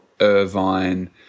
Irvine